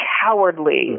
cowardly